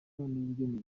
n’ubugeni